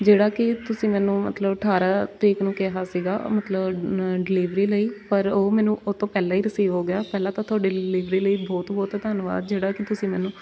ਜਿਹੜਾ ਕਿ ਤੁਸੀਂ ਮੈਨੂੰ ਮਤਲਬ ਅਠਾਰਾਂ ਤਰੀਕ ਨੂੰ ਕਿਹਾ ਸੀਗਾ ਮਤਲਬ ਡਿਲੀਵਰੀ ਲਈ ਪਰ ਉਹ ਮੈਨੂੰ ਉਹ ਤੋਂ ਪਹਿਲਾਂ ਹੀ ਰਿਸੀਵ ਹੋ ਗਿਆ ਪਹਿਲਾਂ ਤਾਂ ਤੁਹਾਡੇ ਲਿਵਰੀ ਲਈ ਬਹੁਤ ਬਹੁਤ ਧੰਨਵਾਦ ਜਿਹੜਾ ਕਿ ਤੁਸੀਂ ਮੈਨੂੰ